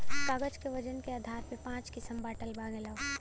कागज क वजन के आधार पर पाँच किसम बांटल गयल हौ